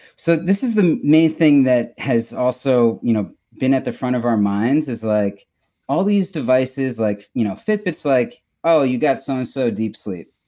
so, this is the main thing that has also you know been at the front of our minds, is like all these devices, like you know fitbit is like oh, you got so and so deep sleep.